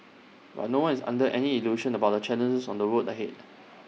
but no one is under any illusion about the challenges on the road ahead